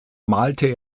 malte